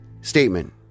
statement